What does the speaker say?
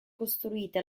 costruite